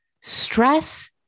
stress